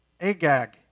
Agag